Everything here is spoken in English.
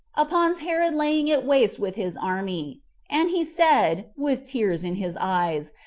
upon herod's laying it waste with his army and he said, with tears in his eyes,